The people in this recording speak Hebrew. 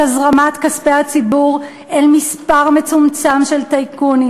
הזרמת כספי הציבור אל מספר מצומצם של טייקונים,